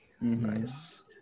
nice